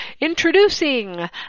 Introducing